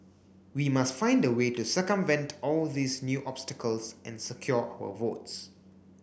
we must find a way to circumvent all these new obstacles and secure our votes